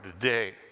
today